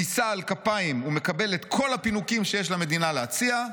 נישא על כפיים ומקבל את כל הפינוקים שיש למדינה להציע.